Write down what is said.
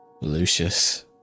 lucius